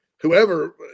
whoever